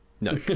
No